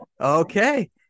Okay